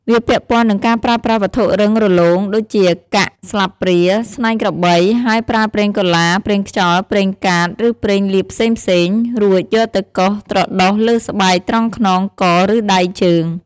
វាពាក់ព័ន្ធនឹងការប្រើប្រាស់វត្ថុរឹងរលោង ដូចជាកាក់ ស្លាបព្រា ស្នែងក្របី ហើយប្រើប្រេងកូឡា ប្រេងខ្យល់ ប្រេងកាត ឬប្រេងលាបផ្សេងៗ រួចយកទៅកោសត្រដុសលើស្បែកត្រង់ខ្នង ក ឬដៃជើង។